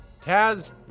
Taz